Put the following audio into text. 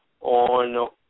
on